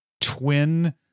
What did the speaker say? twin